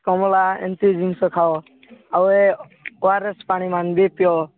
କମଳା ଏମିତି ଜିନିଷ ଖାଅ ଆଉ ଓ ଆର ଏସ୍ ପାଣି ମାନ ବି ପିଅ